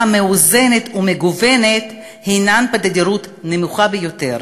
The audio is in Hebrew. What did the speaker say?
מאוזנת ומגוונת הן בתדירות נמוכה ביותר.